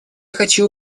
хочу